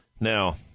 Now